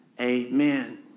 Amen